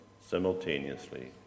simultaneously